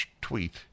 tweet